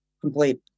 complete